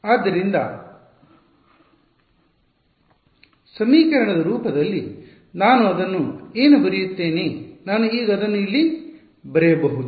ಆದ್ದರಿಂದ ಸಮೀಕರಣದ ರೂಪದಲ್ಲಿ ನಾನು ಅದನ್ನು ಏನು ಬರೆಯುತ್ತೇನೆ ನಾನು ಈಗ ಅದನ್ನು ಇಲ್ಲಿ ಬರೆಯಬಹುದು